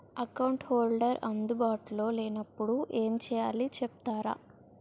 Account holder అందు బాటులో లే నప్పుడు ఎం చేయాలి చెప్తారా?